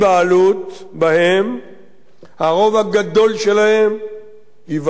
הרוב הגדול שלהם ייוותרו במקומם,